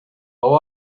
how